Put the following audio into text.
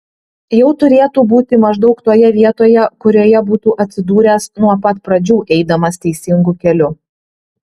jau turėtų būti maždaug toje vietoje kurioje būtų atsidūręs nuo pat pradžių eidamas teisingu keliu